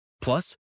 Plus